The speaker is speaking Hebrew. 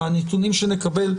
מהנתונים שנקבל,